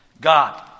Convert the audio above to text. God